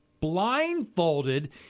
blindfolded